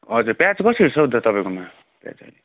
हजुर प्याज कसरी छ हौ दा तपाईँकोमा प्याज चाहिँ